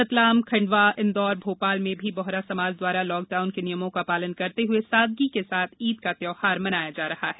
रतलाम खंडवा इंदौर भोपाल में भी बोहरा समाज दवारा लॉकडाउन के नियमों का पालन करते हए सादगी के साथ ईद का त्यौहार मनाया जा रहा है